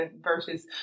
versus